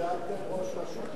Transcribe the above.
גם קידמתם ראש רשות אשה.